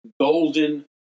golden